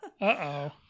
Uh-oh